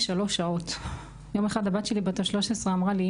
שלוש שעות .יום אחד הבת שלי בת ה-13 אמרה לי,